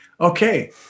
okay